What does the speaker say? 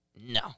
No